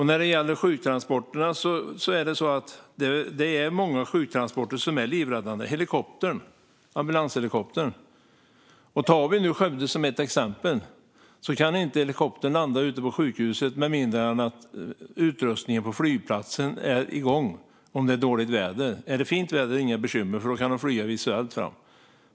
När det gäller sjuktransporterna är det många sjuktransporter med helikoptern, ambulanshelikoptern, som är livräddande. I Skövde, för att nu ta det som exempel, kan inte helikoptern landa ute på sjukhuset med mindre än att utrustningen på flygplatsen är igång om det är dåligt väder. Är det fint väder är det inga bekymmer, för då kan de flyga visuellt.